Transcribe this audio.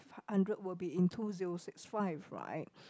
hundred will be in two zero six five right